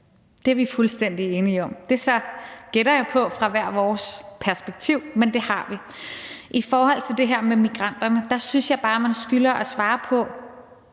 Det er vi fuldstændig enige om. Det mener vi så set fra hvert vores perspektiv, gætter jeg på, men det har vi. I forhold til det her med migranterne synes jeg bare, at man skylder at svare på,